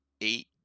eight